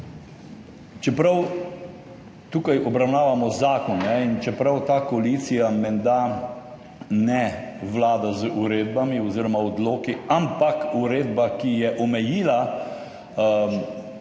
Čeprav tukaj obravnavamo zakon in čeprav ta koalicija menda ne vlada z uredbami oziroma odloki, ampak uredba, ki je omejila premijo